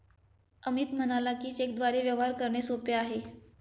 अमित म्हणाला की, चेकद्वारे व्यवहार करणे सोपे आहे